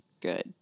good